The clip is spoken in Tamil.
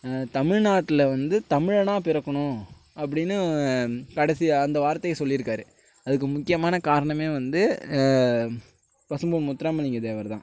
தமிழ்நாட்டில் வந்து தமிழனாக பிறக்கணும் அப்படின்னு கடைசி அந்த வார்தையை சொல்லியிருக்காரு அதுக்கு முக்கியமான காரணம் வந்து பசும்பொன் முத்துராமலிங்க தேவர் தான்